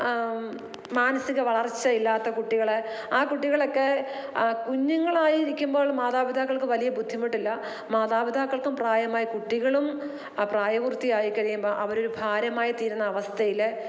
മാനസിക വളർച്ചയില്ലാത്ത കുട്ടികൾ ആ കുട്ടികളക്കെ കുഞ്ഞുങ്ങളായിരിക്കുമ്പോൾ മാതാപിതാക്കൾക്ക് വലിയ ബുദ്ധിമുട്ടില്ല മാതാപിതാക്കൾക്ക് പ്രായമായി കുട്ടികളും പ്രായപൂർത്തിയായി കഴിയുമ്പം അവരൊരു ഭാരമായി തീരുന്ന അവസ്ഥയിൽ